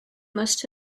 must